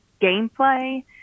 gameplay